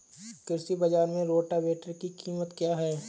कृषि बाजार में रोटावेटर की कीमत क्या है?